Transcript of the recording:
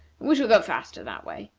we shall go faster that way.